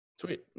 Sweet